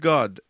God